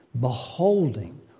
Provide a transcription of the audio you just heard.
beholding